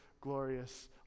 glorious